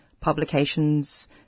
publications